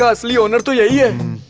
ah satya narayan.